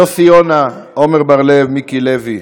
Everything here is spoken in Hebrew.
יוסי יונה, עמר בר-לב, מיקי לוי,